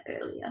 earlier